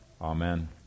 Amen